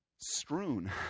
strewn